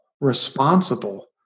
responsible